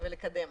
ולקדם.